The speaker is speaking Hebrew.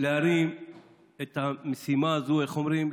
להרים את המשימה הזאת, איך אומרים?